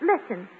Listen